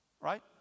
right